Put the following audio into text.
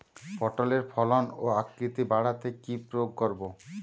পটলের ফলন ও আকৃতি বাড়াতে কি প্রয়োগ করব?